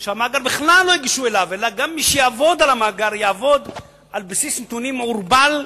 גם מי שיעבוד על המאגר יעבוד על בסיס נתונים מעורבל,